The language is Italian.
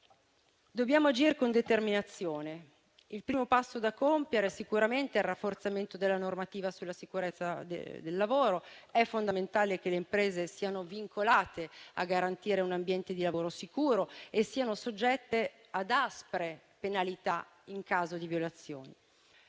Dobbiamo agire con determinazione: il primo passo da compiere sicuramente è il rafforzamento della normativa sulla sicurezza del lavoro; è fondamentale che le imprese siano vincolate a garantire un ambiente di lavoro sicuro e siano soggette ad aspre penalità in caso di violazioni.